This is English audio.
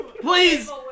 Please